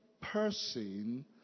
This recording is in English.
person